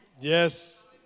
Yes